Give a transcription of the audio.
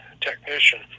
technician